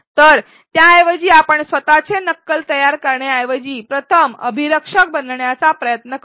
तर त्याऐवजी आपण स्वतचे नक्कल तयार करण्याऐवजी प्रथम अभिरक्षक बनण्याचा प्रयत्न करूया